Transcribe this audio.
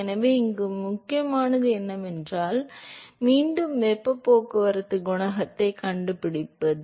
எனவே இங்கே முக்கியமானது என்னவென்றால் மீண்டும் வெப்பப் போக்குவரத்து குணகத்தைக் கண்டுபிடிப்பது